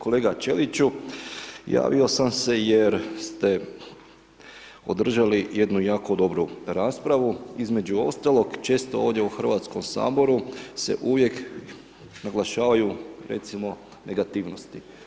Kolega Ćeliću, javio sam se jer ste održali jednu jako dobru raspravu, između ostalog često ovdje u Hrvatskom saboru se uvijek naglašavaju recimo negativnosti.